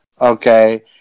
okay